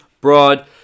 broad